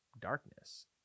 darkness